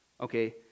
Okay